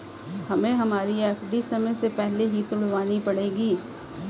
हमें हमारी एफ.डी समय से पहले ही तुड़वानी पड़ेगी